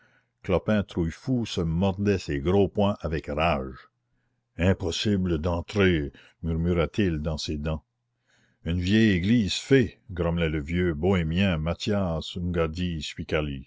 clopin trouillefou se mordait ses gros poings avec rage impossible d'entrer murmurait-il dans ses dents une vieille église fée grommelait le vieux bohémien mathias